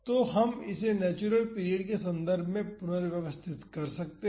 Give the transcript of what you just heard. तो हम इसे नेचुरल पीरियड के संदर्भ में पुनर्व्यवस्थित कर सकते हैं